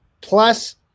plus